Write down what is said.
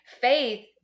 faith